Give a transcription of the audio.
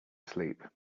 sleep